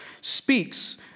speaks